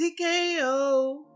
TKO